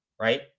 right